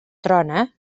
trona